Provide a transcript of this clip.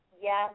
yes